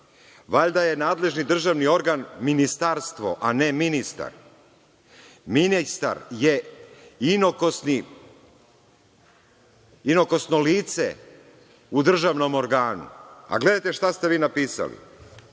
valjda je nadležni državni organ ministarstvo, a ne ministar. Ministar je inokosno lice u državnom organu, a gledajte šta ste vi napisali